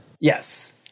Yes